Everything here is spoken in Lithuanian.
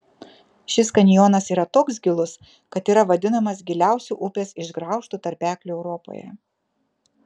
šis kanjonas yra toks gilus kad yra vadinamas giliausiu upės išgraužtu tarpekliu europoje